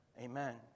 Amen